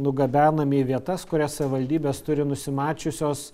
nugabenami į vietas kurias savivaldybės turi nusimačiusios